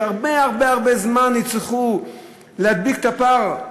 ויצטרכו עוד הרבה הרבה הרבה זמן כדי להדביק את הפער,